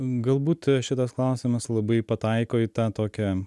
galbūt šitas klausimas labai pataiko į tą tokią